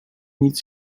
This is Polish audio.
nic